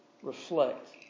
Reflect